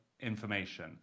information